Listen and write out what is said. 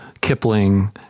Kipling